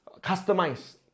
customize